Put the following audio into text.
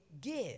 give